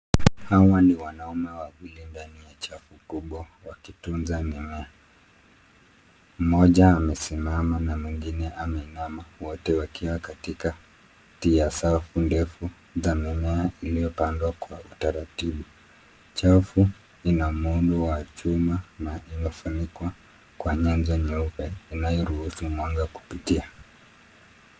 Hawa ni wanaume wawili ndani ya chafu kubwa wakitunza mimea, mmoja amesimama na mwingine ame inama wote wakiwa katika safu ndefu za mimea iliopandwa kwa utaratibu. Chafu ina muundo wa chuma na imefunikwa kwenye nyenzo meupe inayo ruhusu mwanga kupitia.